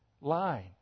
line